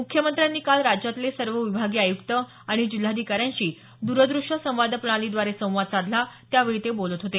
मुख्यमंत्र्यांनी काल राज्यातले सर्व विभागीय आयुक्त आणि जिल्हाधिकार्यांशी दूरदृश्य संवाद प्रणालीद्वारे संवाद साधला त्यावेळी ते बोलत होते